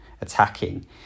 attacking